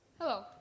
Hello